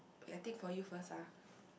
ya I tick for you first ah